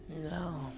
No